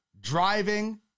driving